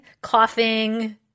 coughing